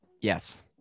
yes